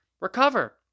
Recover